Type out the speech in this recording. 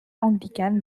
anglicane